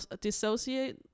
dissociate